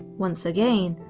once again,